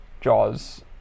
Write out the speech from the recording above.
Jaws